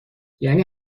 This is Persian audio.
یعنی